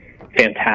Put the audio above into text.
fantastic